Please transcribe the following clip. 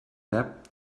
debt